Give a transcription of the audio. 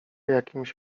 jakimś